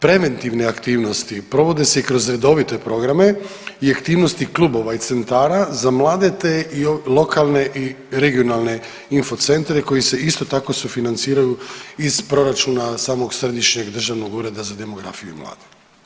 Preventivne aktivnosti provode se i kroz redovite programe i aktivnosti klubova i centara za mlade, te lokalne i regionalne info centre koji se isto tako sufinanciraju iz proračuna samog Središnjeg državnog ureda za demografiju i mlade.